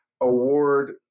Award